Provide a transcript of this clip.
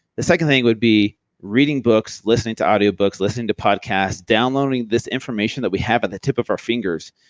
the second thing would be reading books, listening to audiobooks, listen to podcasts, downloading this information that we have at the tip of our fingers.